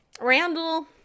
Randall